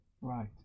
Right